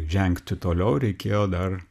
žengti toliau reikėjo dar